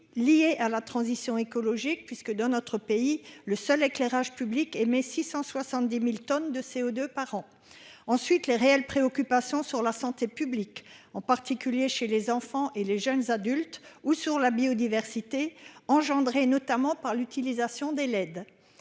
liés à la transition écologique, puisque dans notre pays, le seul éclairage public et mais 670.000 tonnes de CO2 par an, ensuite les réelles préoccupations sur la santé publique, en particulier chez les enfants et les jeunes adultes ou sur la biodiversité engendrée notamment par l'utilisation des LED.